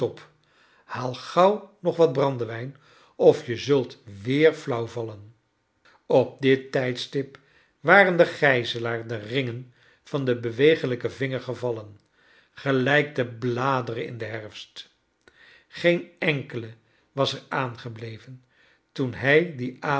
haal gauw nog wat brandewijn of je ziilt weer flauw vallen op dit tijdstip waxen den gijzclaar de ringen van den bcwegelijken vinger gevallen gelijk de bladeren in den herfst geen enkele was er aan gebleven toen hij dien